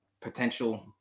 potential